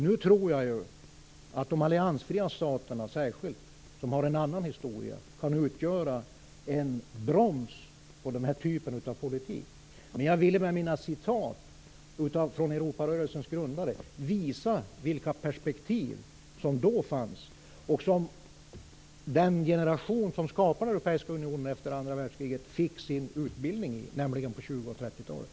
Nu tror jag att särskilt de alliansfria staterna, som har en annan historia, kan utgöra en broms på den här typen av politik. Jag ville med mina citat från Europarörelsens grundare visa vilka perspektiv som då fanns, och som den generation som skapade den europeiska unionen efter andra världskriget fick sin utbildning i, nämligen på 20 och 30-talet.